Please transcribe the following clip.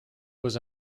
was